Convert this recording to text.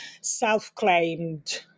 self-claimed